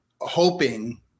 hoping